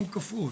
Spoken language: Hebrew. --- כפול.